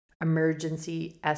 emergency